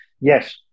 yes